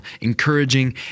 encouraging